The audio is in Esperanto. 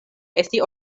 esti